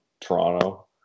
Toronto